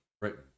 Britain